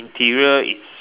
interior is